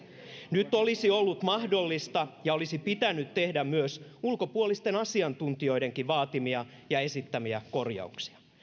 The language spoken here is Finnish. nyt olisi ollut mahdollista ja olisi pitänyt tehdä myös ulkopuolisten asiantuntijoidenkin vaatimia ja esittämiä korjauksia